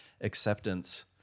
acceptance